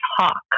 talk